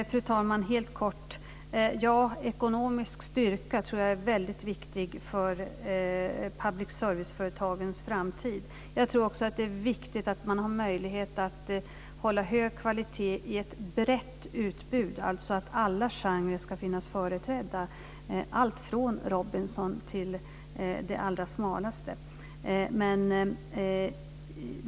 Fru talman! Helt kort: Ekonomisk styrka är mycket viktigt för public service-företagens framtid. Det är också viktigt att man har möjlighet att hålla hög kvalitet i ett brett utbud. Alla genrer ska finnas företrädda, alltifrån Robinson till det allra smalaste.